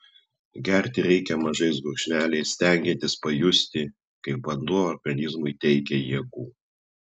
gerti reikia mažais gurkšneliais stengiantis pajusti kaip vanduo organizmui teikia jėgų